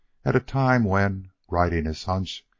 at a time when, riding his hunch,